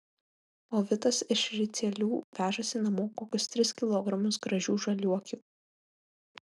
o vitas iš ricielių vežasi namo kokius tris kilogramus gražių žaliuokių